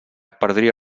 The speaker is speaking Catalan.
perdria